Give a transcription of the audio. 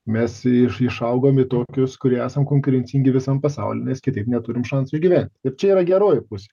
mes iš išaugom į tokius kurie esam konkurencingi visam pasauly nes kitaip neturim šansų išgyvent ir čia yra geroji pusė